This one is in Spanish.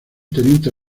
teniente